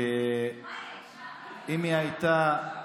שאם היא הייתה